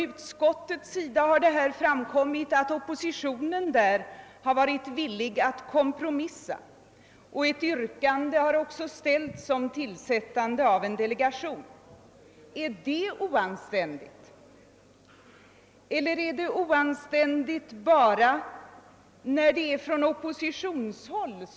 Det har framkommit att oppositionen i utskottet varit villig att kompromissa, och det har också ställts ett yrkande om tillsättande av en delegation. Är detta oanständigt? Eller är det oanständigt bara när sådana förslag kommer från oppositionen?